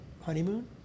honeymoon